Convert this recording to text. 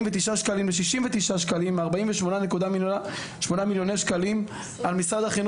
שקלים ל-69 שקלים על משרד החינוך והמדינה,